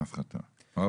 ההפחתה, אוקיי.